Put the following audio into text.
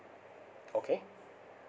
okay